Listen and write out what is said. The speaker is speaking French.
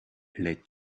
les